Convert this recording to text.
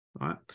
right